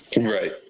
Right